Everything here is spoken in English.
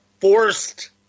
forced